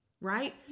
right